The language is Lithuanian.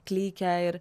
klykia ir